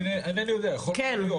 אינני יודע, יכול מאוד להיות.